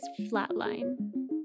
Flatline